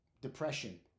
depression